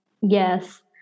Yes